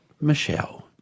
Michelle